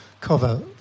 cover